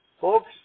Folks